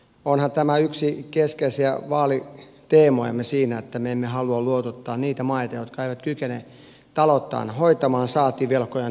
onhan tämä yksi keskeisiä vaaliteemojamme siinä että me emme halua luotottaa niitä maita jotka eivät kykene talouttaan hoitamaan saati velkojaan takaisin maksamaan